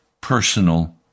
personal